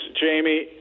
Jamie –